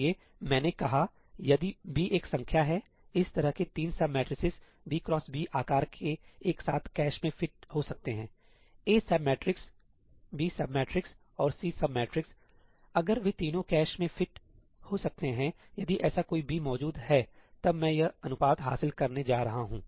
इसलिए मैंने कहा कि यदि b एक संख्या है इस तरह के तीन sub matrices 'b x b' आकार के एक साथ कैश में फिट हो सकते हैं A sub matrix B sub matrix और C सब मैट्रिक्स अगर वे तीनों कैश में फिट हो सकते हैंयदि ऐसा कोई b मौजूद हैतब मैं यह अनुपात हासिल करने जा रहा हूं